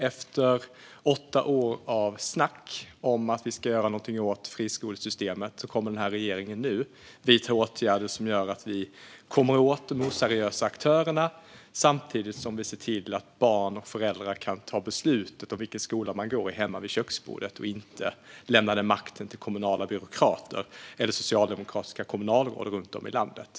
Efter åtta år av snack om att vi ska göra något åt friskolesystemet kommer den här regeringen nu att vidta åtgärder som gör att vi kommer åt de oseriösa aktörerna samtidigt som vi ser till att barn och föräldrar kan ta beslutet om vilken skola man ska välja hemma vid köksbordet och inte behöver lämna den makten till kommunala byråkrater eller socialdemokratiska kommunalråd runt om i landet.